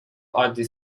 عادی